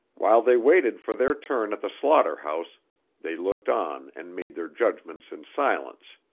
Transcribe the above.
while they waited for their turn at the slaughterhouse they looked on and made their judgments in silence,